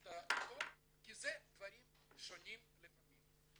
את העיתון כי אלה דברים שונים לפעמים.